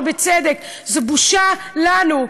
ובצדק: זה בושה לנו,